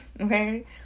Okay